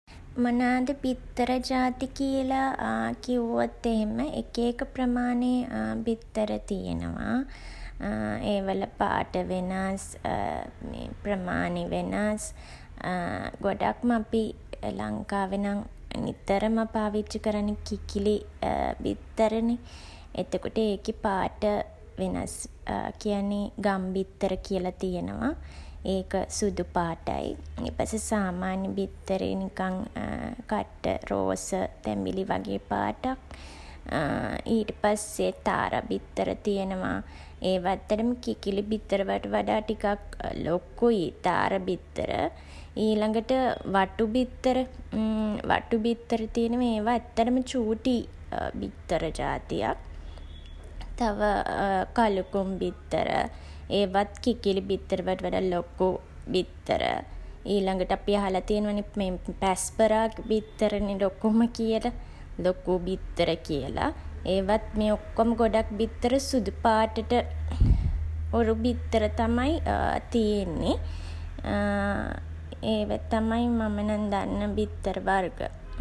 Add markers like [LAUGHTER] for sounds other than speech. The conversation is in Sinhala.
මොනාද බිත්තර ජාති කියලා කිව්වොත් එහෙම එක එක ප්‍රමාණයේ [HESITATION] බිත්තර තියනවා. [HESITATION] ඒවල පාට වෙනස්. [HESITATION] ප්‍රමාණෙ වෙනස්. [HESITATION] ගොඩක්ම අපි ලංකාවේ නම් නිතරම පාවිච්චි කරන්නේ කිකිළි [HESITATION] බිත්තර නේ. එතකොට ඒකෙ පාට වෙනස්. [HESITATION] කියන්නේ ගම් බිත්තර කියලා තියනවා. ඒක සුදු පාටයි. ඊට පස්සේ සාමාන්‍ය බිත්තරේ නිකන් [HESITATION] කට්ට රෝස, තැඹිලි වගේ පාටක්. [HESITATION] ඊට පස්සේ තාරා බිත්තර තියනවා. ඒවා ඇත්තටම කිකිළි බිත්තර වලට වඩා ටිකක් ලොකුයි තාරා බිත්තර. ඊළඟට වටු බිත්තර. [HESITATION] වටු බිත්තර තියනවා. ඒවා ඇත්තටම චූටි [HESITATION] බිත්තර ජාතියක්. තව [HESITATION] කළුකුන් බිත්තර. ඒවත් කිකිළි බිත්තර වලට වඩා ලොකු බිත්තර. ඊළඟට අපි අහලා තියනවා නේ [HESITATION] පැස්බරාගේ බිත්තර නේ ලොකුම කියලා. ලොකු බිත්තර කියලා. ඒවත් මේ ඔක්කොම ගොඩක් බිත්තර සුදු පාටට හුරු බිත්තර තමයි [HESITATION] තියෙන්නේ. [HESITATION] ඒවා තමයි මම නම් දන්න බිත්තර වර්ග.